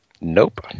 Nope